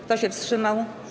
Kto się wstrzymał?